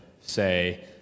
say